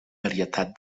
varietat